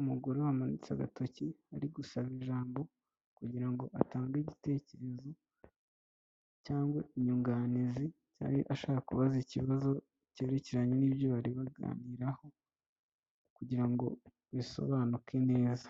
umugore wamanitse agatoki ari gusaba ijambo kugirango ngo atange igitekerezo cyangwa inyunganizi, cyangwa ashaka kubaza ikibazo cyerekeranye n'ibyo bari bari kuganiraho kugira ngo bisobanuke neza.